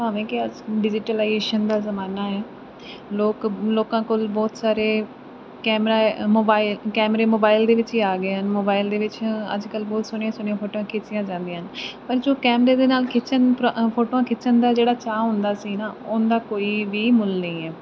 ਭਾਵੇਂ ਕਿ ਅੱਜ ਡੀਜਿਟਲਾਈਜੇਸ਼ਨ ਦਾ ਜ਼ਮਾਨਾ ਹੈ ਲੋਕ ਲੋਕਾਂ ਕੋਲ ਬਹੁਤ ਸਾਰੇ ਕੈਮਰਾ ਮੋਬਾਇਲ ਕੈਮਰੇ ਮੋਬਾਈਲ ਦੇ ਵਿੱਚ ਹੀ ਆ ਗਏ ਹਨ ਮੋਬਾਈਲ ਦੇ ਵਿੱਚ ਅੱਜ ਕੱਲ੍ਹ ਬਹੁਤ ਸੋਹਣੀਆ ਸੋਹਣੀਆ ਫੋਟੋਆਂ ਖਿੱਚੀਆਂ ਜਾਂਦੀਆਂ ਹਨ ਪਰ ਜੋ ਕੈਮਰੇ ਦੇ ਨਾਲ ਖਿੱਚਣ ਪਰ ਫੋਟੋਆਂ ਖਿੱਚਣ ਦਾ ਜਿਹੜਾ ਚਾਅ ਹੁੰਦਾ ਸੀ ਨਾ ਉਹਦਾ ਕੋਈ ਵੀ ਮੁੱਲ ਨਹੀਂ ਹੈ